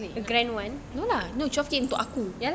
a grand [one]